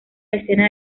escena